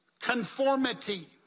Conformity